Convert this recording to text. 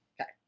Okay